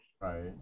right